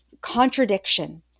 contradiction